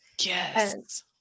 yes